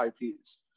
IPs